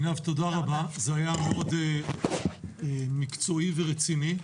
עינב, תודה רבה, זה היה מאוד מקצועי ורציני.